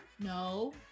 No